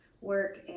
work